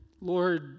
Lord